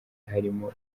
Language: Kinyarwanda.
harimo